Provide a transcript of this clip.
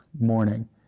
morning